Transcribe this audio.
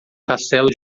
castelo